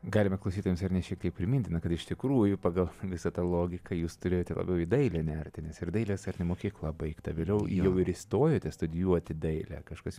galime klausytojams ar ne šiek tiek priminti kad iš tikrųjų pagal visą tą logiką jūs turėjote labiau į dailę nerti nes ir dailės ar ne mokykla baigta vėliau jau ir įstojote studijuoti dailę kažkas jum